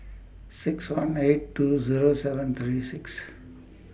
six one eight two Zero seven three six